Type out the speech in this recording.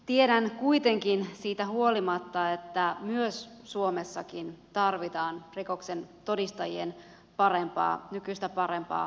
tiedän kuitenkin siitä huolimatta että myös suomessa tarvitaan rikoksen todistajien nykyistä parempaa suojelua